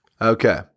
Okay